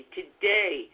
today